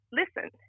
listen